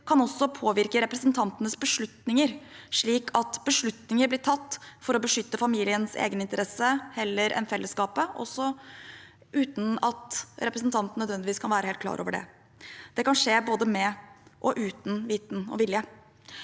kan også påvirke representantenes beslutninger, slik at beslutninger blir tatt for å beskytte familiens egeninteresse heller enn fellesskapets interesse – også uten at representanten nødvendigvis er helt klar over det. Det kan skje både med og uten viten og vilje.